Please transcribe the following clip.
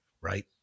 Right